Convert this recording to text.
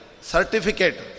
Certificate